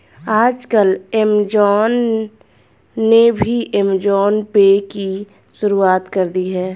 आजकल ऐमज़ान ने भी ऐमज़ान पे की शुरूआत कर दी है